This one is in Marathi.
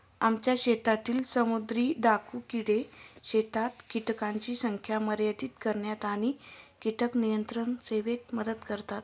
आमच्या शेतातील समुद्री डाकू किडे शेतात कीटकांची संख्या मर्यादित करण्यात आणि कीटक नियंत्रण सेवेत मदत करतात